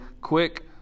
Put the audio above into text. quick